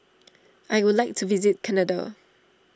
I would like to visit Canada